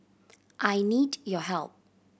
I need your help